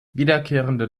wiederkehrende